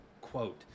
quote